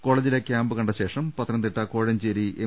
കോള്ജിലെ camp കണ്ടശേഷം Pathanamthitta Kozhencherry M